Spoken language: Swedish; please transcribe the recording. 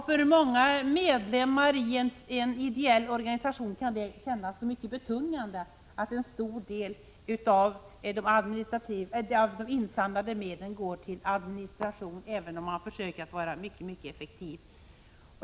För många medlemmar i en ideell organisation kan det kännas mycket betungande att en stor del av de insamlade medlen går till administration även om man försöker att vara mycket effektiv.